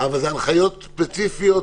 אבל אלה הנחיות ספציפיות.